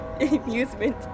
amusement